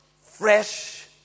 fresh